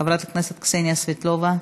חברת הכנסת קסניה סבטלובה,